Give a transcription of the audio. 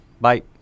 Bye